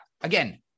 again